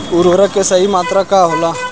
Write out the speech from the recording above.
उर्वरक के सही मात्रा का होला?